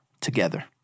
together